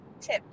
tip